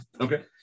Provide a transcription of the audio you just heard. Okay